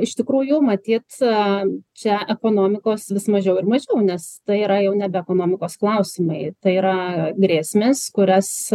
iš tikrųjų matyt aa čia ekonomikos vis mažiau ir mažiau nes tai yra jau nebe ekonomikos klausimai tai yra grėsmės kurias